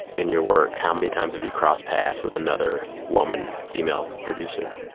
in your work, how many times have you crossed paths with another woman, female producer?